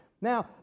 Now